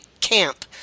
camp